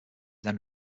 then